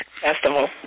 Festival